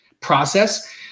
process